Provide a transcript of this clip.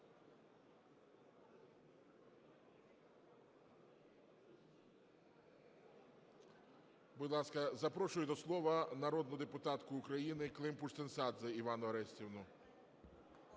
Будь ласка, запрошую до слова народну депутатку України Климпуш-Цинцадзе Іванну Орестівну.